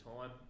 time